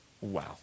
Wow